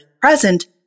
present